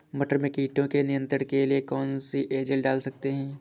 मटर में कीटों के नियंत्रण के लिए कौन सी एजल डाल सकते हैं?